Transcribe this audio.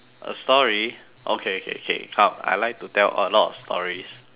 a story okay okay okay come I like to tell a lot of stories